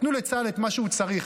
תנו לצה"ל את מה שהוא צריך,